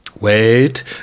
Wait